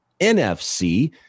NFC